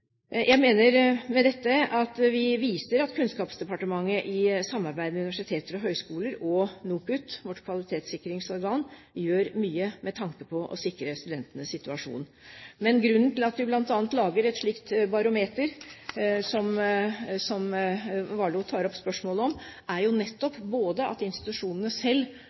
Jeg mener med dette at vi viser at Kunnskapsdepartementet i samarbeid med universiteter og høyskoler og NOKUT – vårt kvalitetssikringsorgan – gjør mye med tanke på å sikre studentenes situasjon. Grunnen til at vi bl.a. lager et slikt barometer som Warloe tar opp spørsmål om, er både at institusjonene selv